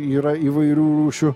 yra įvairių rūšių